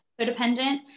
codependent